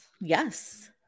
Yes